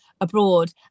abroad